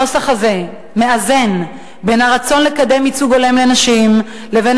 הנוסח הזה מאזן בין הרצון לקדם ייצוג הולם לנשים לבין